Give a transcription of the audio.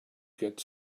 get